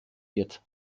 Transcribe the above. wird